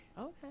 Okay